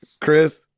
Chris